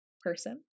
person